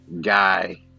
guy